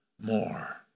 more